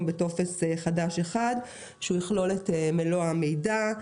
בטופס חדש אחד שיכלול את מלוא המידע,